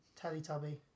Teletubby